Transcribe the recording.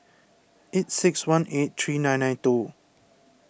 eight six one eight three nine nine two